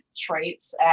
traits